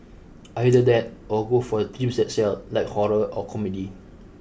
either that or go for themes that sell like horror or comedy